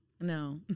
No